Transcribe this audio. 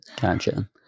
Gotcha